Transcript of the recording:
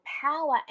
power